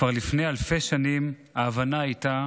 כבר לפני אלפי שנים ההבנה הייתה